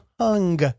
hung